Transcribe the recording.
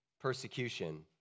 persecution